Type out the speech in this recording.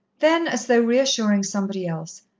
then, as though reassuring somebody else,